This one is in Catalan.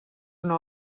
una